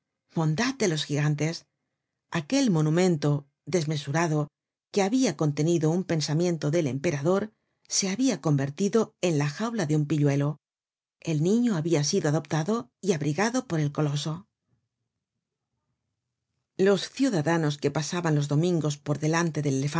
de los gigantes aquel monumento desmesurado que habia contenido un pensamiento del emperador se habia convertido en la jaula de un pihuelo el niño habia sido adoptado y abrigado por el coloso content from google book search generated at los ciudadanos que pasaban los domingos por delante del